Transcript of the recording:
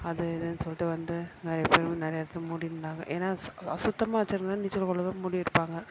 அது இதுன்னு சொல்லிட்டு வந்து நிறைய பேர் நிறையா இடத்த மூடி இருந்தாங்க ஏன்னா சுத்தமாக வைச்சிருந்தா நீச்சல் குளம்லாம் மூடியிருப்பாங்க